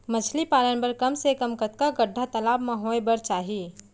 मछली पालन बर कम से कम कतका गड्डा तालाब म होये बर चाही?